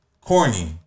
Corny